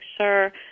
sure